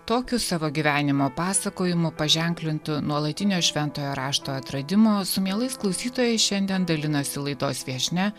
tokiu savo gyvenimo pasakojimu paženklintu nuolatinio šventojo rašto atradimo su mielais klausytojais šiandien dalinosi laidos viešnia